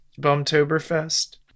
Bumtoberfest